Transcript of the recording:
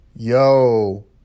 Yo